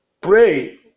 Pray